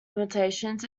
limitations